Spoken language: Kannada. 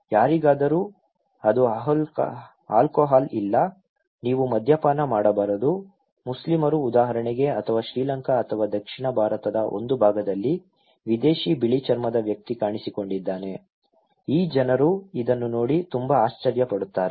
ಯಾರಿಗಾದರೂ ಅದು ಆಲ್ಕೋಹಾಲ್ ಇಲ್ಲ ನೀವು ಮದ್ಯಪಾನ ಮಾಡಬಾರದು ಮುಸ್ಲಿಮರು ಉದಾಹರಣೆಗೆ ಅಥವಾ ಶ್ರೀಲಂಕಾ ಅಥವಾ ದಕ್ಷಿಣ ಭಾರತದ ಒಂದು ಭಾಗದಲ್ಲಿ ವಿದೇಶಿ ಬಿಳಿ ಚರ್ಮದ ವ್ಯಕ್ತಿ ಕಾಣಿಸಿಕೊಂಡಿದ್ದಾನೆ ಈ ಜನರು ಇದನ್ನು ನೋಡಿ ತುಂಬಾ ಆಶ್ಚರ್ಯ ಪಡುತ್ತಾರೆ